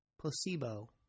Placebo